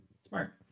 smart